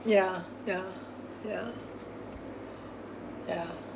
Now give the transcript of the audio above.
yeah yeah yeah yeah